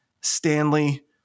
Stanley